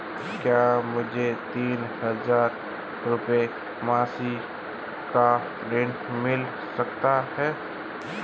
क्या मुझे तीन हज़ार रूपये मासिक का ऋण मिल सकता है?